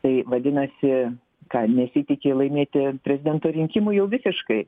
tai vadinasi ką nesitiki laimėti prezidento rinkimų jau visiškai